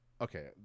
okay